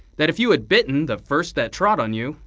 that if you had bitten the first that trod on you,